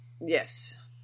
Yes